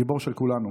גיבור של כולנו.